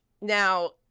now